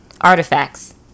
Artifacts